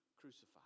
crucified